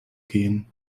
gehen